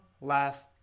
Laugh